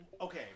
Okay